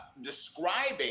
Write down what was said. describing